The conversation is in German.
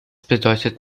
bedeutet